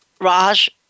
Raj